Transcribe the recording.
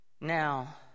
Now